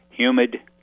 humid